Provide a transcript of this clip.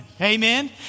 Amen